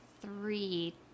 three